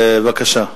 בבקשה,